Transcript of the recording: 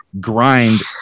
grind